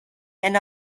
and